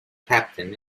captain